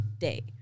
day